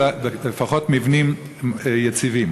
אלא לפחות מבנים יציבים.